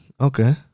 Okay